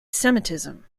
semitism